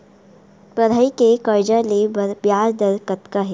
पढ़ई के कर्जा ले बर ब्याज दर कतका हे?